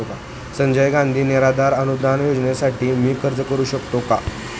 संजय गांधी निराधार अनुदान योजनेसाठी मी अर्ज करू शकते का?